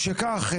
משכך,